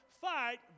fight